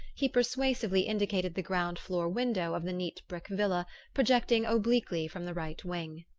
he persuasively indicated the ground floor window of the neat brick villa projecting obliquely from the right wing.